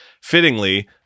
fittingly